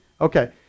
Okay